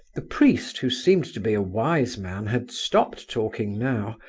the priest, who seemed to be a wise man, had stopped talking now,